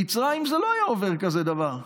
במצרים זה לא היה עובר כזה דבר,